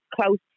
close